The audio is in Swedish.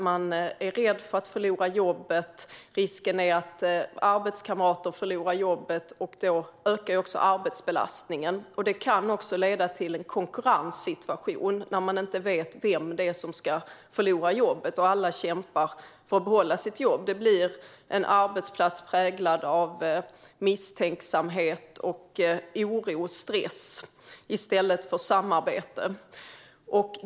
Man är rädd för att förlora jobbet, och risken är att arbetskamrater förlorar jobbet. Då ökar också arbetsbelastningen, och det kan även leda till en konkurrenssituation när man inte vet vem som ska förlora jobbet och alla kämpar för att behålla sitt jobb. Det blir en arbetsplats präglad av misstänksamhet, oro och stress i stället för samarbete.